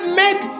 make